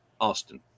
Austin